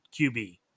QB